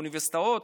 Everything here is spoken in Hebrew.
באוניברסיטאות,